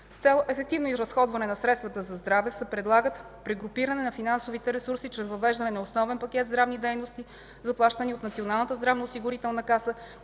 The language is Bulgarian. С цел ефективно разходване на средствата за здраве, се предлага прегрупиране на финансовите ресурси чрез въвеждане на основен пакет здравни дейности, заплащани от Националната здравноосигурителна каса,